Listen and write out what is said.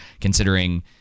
considering